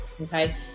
okay